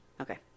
Okay